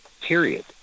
period